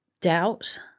doubt